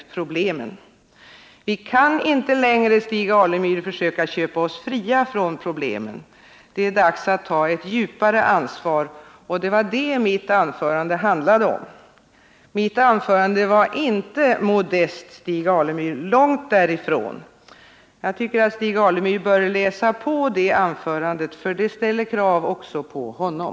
Men, Stig Alemyr, vi kan inte längre försöka köpa oss fria från problemen. Det är dags att ta ett djupare ansvar, och det var vad mitt anförande handlade om. Mitt anförande var inte modest, Stig Alemyr, långt därifrån. Jag tycker att Stig Alemyr bör läsa på det anförandet, för det ställer krav också på honom.